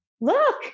look